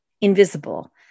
invisible